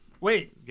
Wait